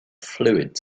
fluid